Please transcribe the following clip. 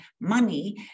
money